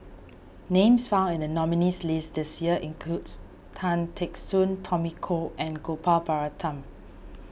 names found in the nominees' list this year includes Tan Teck Soon Tommy Koh and Gopal Baratham